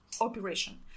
operation